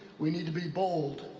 we need to be bold,